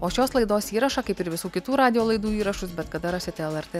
o šios laidos įrašą kaip ir visų kitų radijo laidų įrašus bet kada rasite lrt